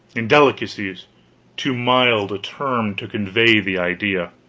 indelicacy is too mild a term to convey the idea.